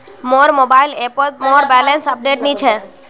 मोर मोबाइल ऐपोत मोर बैलेंस अपडेट नि छे